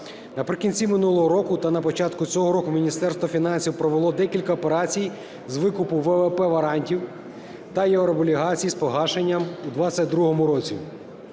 наприкінці минулого року та на початку цього року Міністерство фінансів провело декілька операцій з викупу ВВП-варантів та єврооблігацій з погашенням у 22-му році.